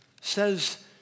says